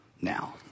now